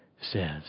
says